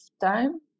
time